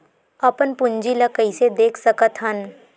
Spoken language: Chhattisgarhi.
अपन पूंजी ला कइसे देख सकत हन?